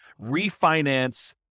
refinance